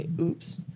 oops